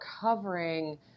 covering